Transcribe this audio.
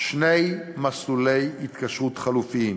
שני מסלולי התקשרות חלופיים: